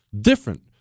Different